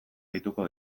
deituko